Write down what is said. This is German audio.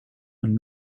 und